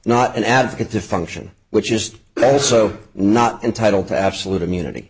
not an advocate the function which is also not entitled to absolute immunity